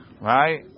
Right